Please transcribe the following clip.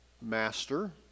master